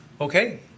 Okay